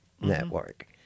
network